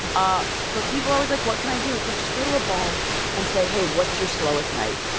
ah but people are always like, what can i do? it's like, just go to a bar and say, hey, what's your slowest night?